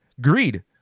greed